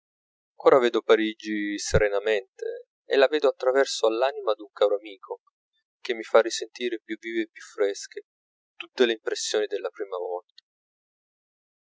ora vedo parigi serenamente e la vedo a traverso all'anima d'un caro amico che mi fa risentire più vive e più fresche tutte le impressioni della prima volta